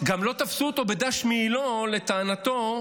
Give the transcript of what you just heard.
גם לא תפסו אותו בדש מעילו, לטענתו,